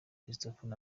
christopher